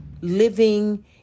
living